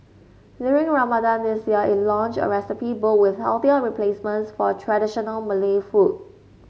during Ramadan this year it launched a recipe book with healthier replacements for traditional Malay food